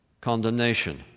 condemnation